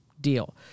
deal